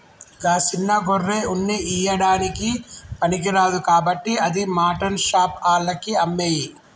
గా సిన్న గొర్రె ఉన్ని ఇయ్యడానికి పనికిరాదు కాబట్టి అది మాటన్ షాప్ ఆళ్లకి అమ్మేయి